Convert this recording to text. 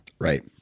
Right